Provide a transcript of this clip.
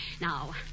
Now